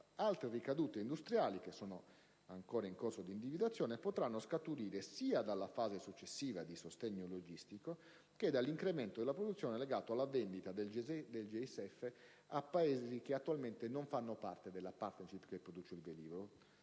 Altre ricadute industriali, che sono ancora in corso di individuazione, potranno scaturire sia dalla fase successiva di sostegno logistico che dall'incremento della produzione legato alla vendita del JSF a Paesi che attualmente non fanno parte della *partnership* che produce il velivolo,